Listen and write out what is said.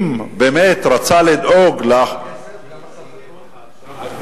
אם באמת רצה לדאוג, כמה כסף?